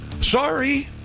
Sorry